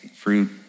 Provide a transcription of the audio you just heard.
Fruit